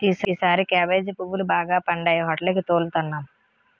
ఈసారి కేబేజీ పువ్వులు బాగా పండాయి హోటేలికి తోలుతన్నాం